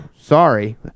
sorry